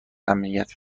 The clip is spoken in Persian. امنیت